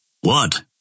What